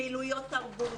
פעילויות תרבות,